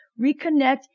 reconnect